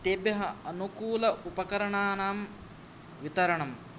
तेभ्यः अनुकूल उपकरणानां वितरणं